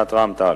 סיעת רע"ם-תע"ל.